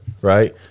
Right